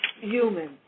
human